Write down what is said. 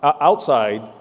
Outside